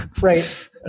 Right